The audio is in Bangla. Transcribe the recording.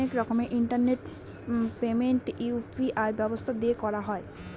অনেক রকমের ইন্টারনেট পেমেন্ট ইউ.পি.আই ব্যবস্থা দিয়ে করা হয়